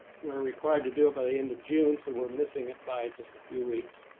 we're required to do it by the end of june so we're missing it by just a few weeks.